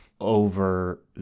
over